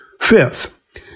Fifth